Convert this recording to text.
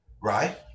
right